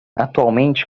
atualmente